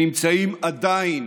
שנמצאים עדיין